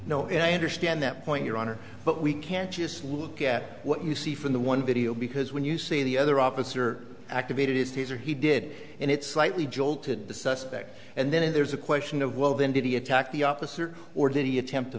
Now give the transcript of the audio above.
know and i understand that point your honor but we can't just look at what you see from the one video because when you see the other officer activated his taser he did and it's slightly jolted the suspect and then there's a question of well then did he attack the officer or did he attempt to